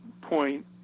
point